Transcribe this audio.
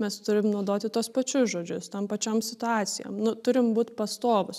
mes turim naudoti tuos pačius žodžius tom pačiom situacijom nu turim būt pastovūs